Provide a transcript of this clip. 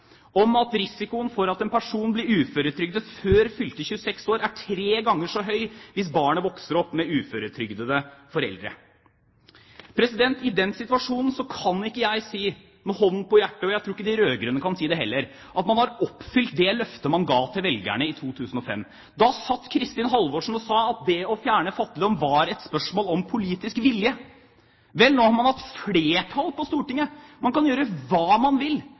om at risikoen for at en person blir uføretrygdet før fylte 26 år, er tre ganger så høy hvis barnet vokser opp med uføretrygdede foreldre. I den situasjonen kan ikke jeg med hånden på hjertet si – og jeg tror ikke at de rød-grønne kan si det heller – at man har oppfylt det løftet man ga til velgerne i 2005. Da satt Kristin Halvorsen og sa at det å fjerne fattigdom er et spørsmål om politisk vilje. Vel, nå har man hatt flertall på Stortinget. Man kan gjøre hva man vil.